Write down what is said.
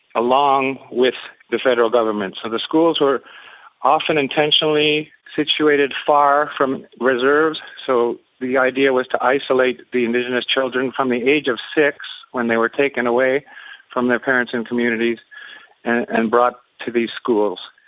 along with the federal government. so the schools were often intentionally situated far from the reserves. so the idea was to isolate the indigenous children from the age of six, when they were taken away from their parents and communities and brought to these schools.